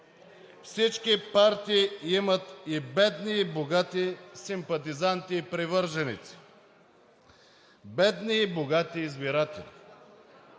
Всички партии имат и бедни, и богати симпатизанти и привърженици, бедни и богати избиратели.